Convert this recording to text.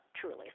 truly